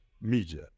media